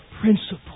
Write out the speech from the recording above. principle